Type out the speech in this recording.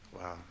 Wow